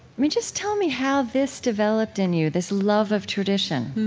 mean, just tell me how this developed in you, this love of tradition.